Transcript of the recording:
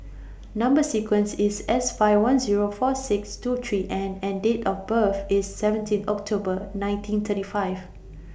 Number sequence IS S five one Zero four six two three N and Date of birth IS seventeen October nineteen thirty five